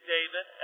David